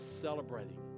celebrating